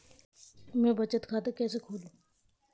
मैं बचत खाता कैसे खोलूं?